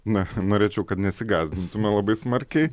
na norėčiau kad nesigąsdintume labai smarkiai